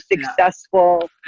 successful